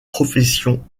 professions